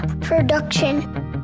production